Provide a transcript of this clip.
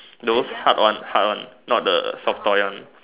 those hard one hard one not the soft toy one